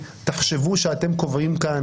תחשבו שאתם קובעים כאן,